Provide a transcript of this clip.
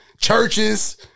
churches